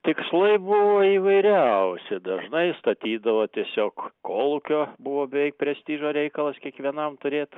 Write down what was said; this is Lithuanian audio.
tikslai buvo įvairiausi dažnai statydavo tiesiog kolūkio buvo beveik prestižo reikalas kiekvienam turėt